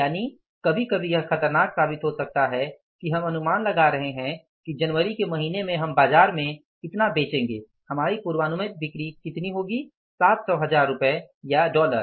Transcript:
यानि कभी कभी यह खतरनाक साबित हो सकता है कि हम अनुमान लगा रहे हैं कि जनवरी के महीने में हम बाजार में बेचेंगे हमारी पूर्वानुमानित बिक्री कितनी होगी 700 हजार रुपये या डॉलर